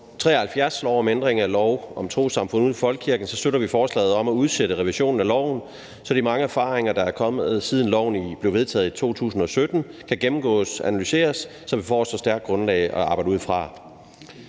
73, lov om ændring af lov om trossamfund uden for folkekirken, støtter vi forslaget om at udsætte revisionen af loven, så de mange erfaringer, der er kommet, siden loven blev vedtaget i 2017, kan gennemgås og analyseres, så vi får et stærkt grundlag at arbejde ud fra.